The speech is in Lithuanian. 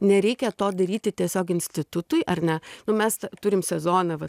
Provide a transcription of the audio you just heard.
nereikia to daryti tiesiog institutui ar ne nu mes turim sezoną va